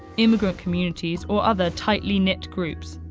immigrant communities, or other tightly knit groups.